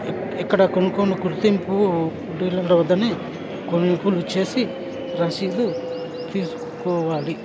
ఇక్కడ కొన్ని కొన్ని గుర్తింపు డీలర్ల వద్దనే కొనుగోలు చేసి రసీదు తీసుకోవాలి